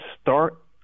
start